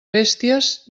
bèsties